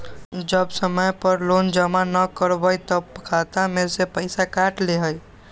जब समय पर लोन जमा न करवई तब खाता में से पईसा काट लेहई?